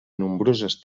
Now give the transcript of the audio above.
nombroses